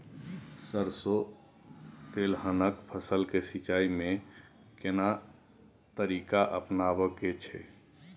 सरसो तेलहनक फसल के सिंचाई में केना तरीका अपनाबे के छै?